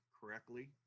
correctly